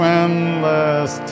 endless